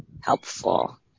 helpful